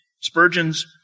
Spurgeon's